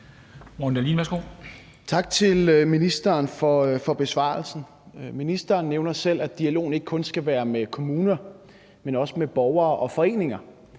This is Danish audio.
Tak til ministeren for besvarelsen. Ministeren nævner selv, at dialogen ikke kun skal være med kommuner, men også med borgere og foreninger.